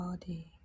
body